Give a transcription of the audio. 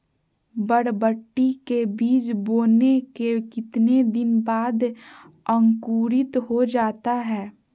बरबटी के बीज बोने के कितने दिन बाद अंकुरित हो जाता है?